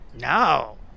no